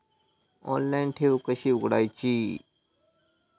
Online ठेव कशी उघडायची?